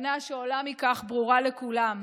שהמסקנה שעולה מכך ברורה לכולם.